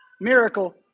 miracle